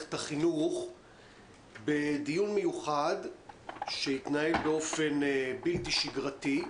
מערכת החינוך בדיון מיוחד שיתנהל באופן בלתי שגרתי,